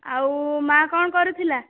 ଆଉ ମା' କ'ଣ କରୁଥିଲା